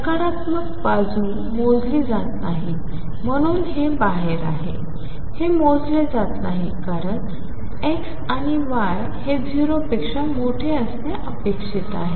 नकारात्मक बाजू मोजली जात नाही म्हणून हे बाहेर आहे हे मोजले जात नाही कारण X आणि Y हे 0 पेक्षा मोठे असणे अपेक्षित आहे